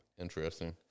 Interesting